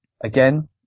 Again